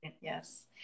yes